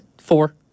four